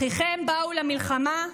אחיכם באו למלחמה.